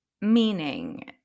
meaning